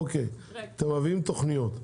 אתם מביאים תכניות,